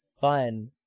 fun